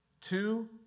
Two